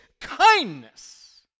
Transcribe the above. kindness